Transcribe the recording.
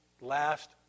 last